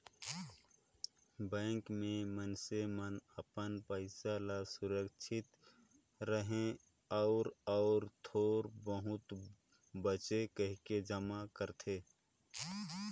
bank में मइनसे मन अपन पइसा ल सुरक्छित रहें अउ अउ थोर बहुत बांचे कहिके जमा करथे